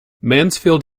mansfield